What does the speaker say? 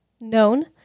known